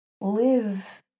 live